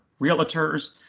realtors